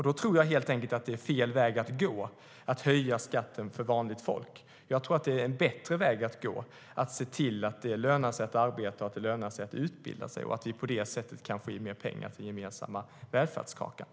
Jag tror att det är fel väg att gå att höja skatten för vanligt folk. Jag tror att det är en bättre väg att gå att se till att det lönar sig att arbeta och att utbilda sig. På det sättet kan vi få mer pengar till vår gemensamma välfärdskaka.